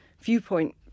viewpoint